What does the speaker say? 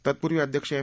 तत्पूर्वी अध्यक्ष एम